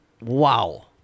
wow